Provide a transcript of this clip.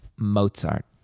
Mozart